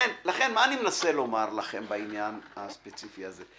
לכן, מה אני מנסה לומר לכם בעניין הספציפי הזה?